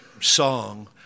song